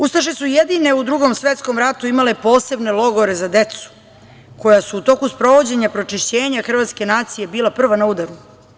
Ustaše su jedine u Drugom svetskom ratu imale posebne logore za decu, koja su u toku sprovođenja pročišćenja hrvatske nacije bila prva na udaru.